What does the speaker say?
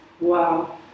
Wow